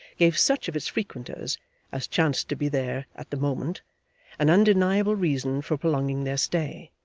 gave such of its frequenters as chanced to be there at the moment an undeniable reason for prolonging their stay,